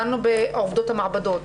דנו בעובדות המעבדות,